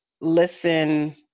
listen